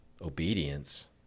obedience